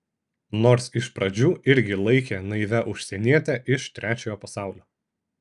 nors iš pradžių irgi laikė naivia užsieniete iš trečiojo pasaulio